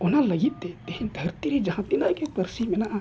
ᱚᱱᱟ ᱞᱟᱜᱤᱫᱛᱮ ᱛᱮᱦᱮᱧ ᱫᱷᱟᱹᱨᱛᱤᱨᱮ ᱡᱟᱦᱟᱸ ᱛᱤᱱᱟᱹᱜ ᱜᱮ ᱯᱟᱹᱨᱥᱤ ᱢᱮᱱᱟᱜᱼᱟ